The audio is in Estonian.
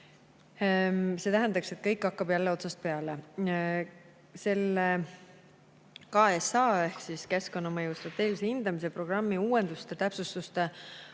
See tähendaks, et kõik hakkab jälle otsast peale!" Selle KSH ehk keskkonnamõju strateegilise hindamise programmi uuenduste ja täpsustuste